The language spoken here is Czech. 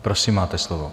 Prosím, máte slovo.